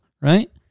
Right